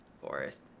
Forest